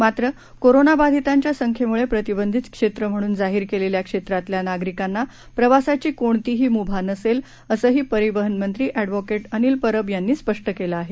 मात्र कोरोनाबाधितांच्या संख्येमुळे प्रतिबंधित क्षेत्र म्हणून जाहीर केलेल्या क्षेत्रातल्या नागरिकांना प्रवासाची कोणतीही मुभा नसेल असंही परिवहनमंत्री एडव्होकेट अनिल परब यांनी स्पष्ट केलं आहे